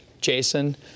Jason